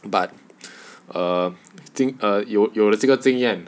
but um thing uh 有有了这个经验